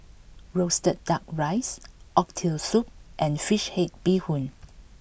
Roasted Duck Rice Oxtail Soup and Fish Head Bee Hoon